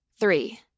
Three